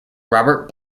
robert